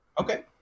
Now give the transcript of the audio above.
Okay